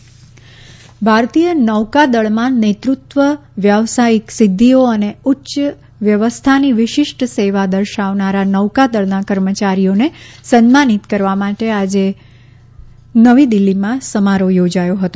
naval investment ભારતીય નૌકાદળમાં નેતૃત્વ વ્યાવસાયિક સિદ્ધિઓ અને ઉચ્ય વ્યવસ્થાની વિશિષ્ટ સેવા દર્શાવનારા નૌકાદળના કર્મચારીઓને સન્માનિત કરવા માટે આજે નવી દિલ્હીમાં સમારોહ યોજાયો હતો